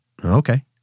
Okay